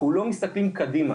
אנחנו לא מסתכלים קדימה,